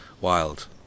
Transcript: wild